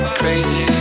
crazy